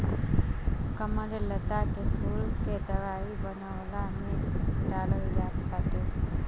कमललता के फूल के दवाई बनवला में डालल जात बाटे